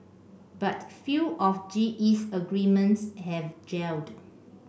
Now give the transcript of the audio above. but few of G E's agreements have gelled